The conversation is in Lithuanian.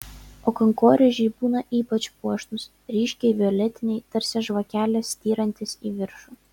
o kankorėžiai būna ypač puošnūs ryškiai violetiniai tarsi žvakelės styrantys į viršų